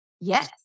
Yes